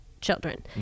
children